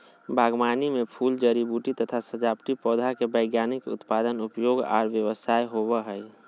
बागवानी मे फूल, जड़ी बूटी तथा सजावटी पौधा के वैज्ञानिक उत्पादन, उपयोग आर व्यवसाय होवई हई